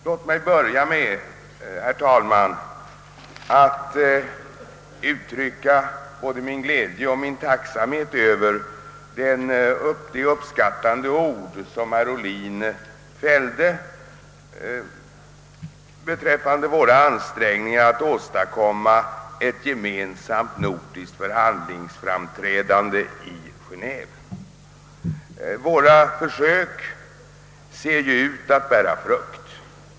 Låt mig börja, herr talman, med att uttrycka både min glädje och min tacksamhet över de uppskattande ord som herr Ohlin fällde beträffande våra ansträngningar att åstadkomma ett gemensamt nordiskt förhandlingsframträdande i Genéve. Våra försök ser ut att bära frukt.